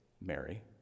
Mary